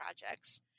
projects